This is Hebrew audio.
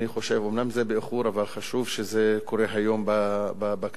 אומנם זה באיחור, אבל חשוב שזה קורה היום בכנסת.